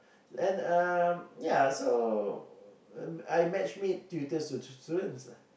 then um ya so I matchmade tutors to students lah